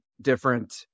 different